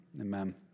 Amen